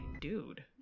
dude